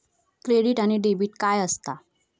Credit आणि debit काय असता?